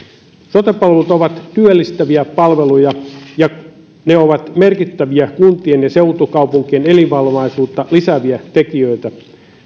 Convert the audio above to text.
sote palvelut ovat työllistäviä palveluja ja ne ovat merkittäviä kuntien ja seutukaupunkien elinvoimaisuutta lisääviä tekijöitä